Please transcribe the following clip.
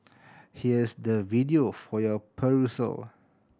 here's the video for your perusal